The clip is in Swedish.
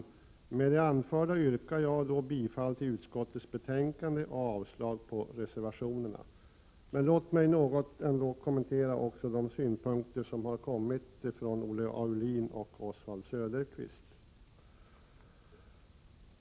Med det anförda yrkar jag bifall till utskottets hemställan och avslag på reservationerna. Låt mig något också kommentera de synpunkter som framförts av Olle Aulin och Oswald Söderqvist.